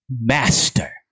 master